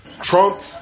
Trump